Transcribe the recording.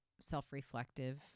self-reflective